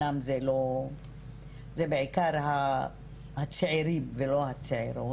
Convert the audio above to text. זה בעיקר הצעירים ולא הצעירות,